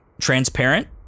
transparent